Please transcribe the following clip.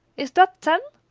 is that ten?